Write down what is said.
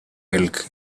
milk